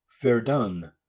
Verdun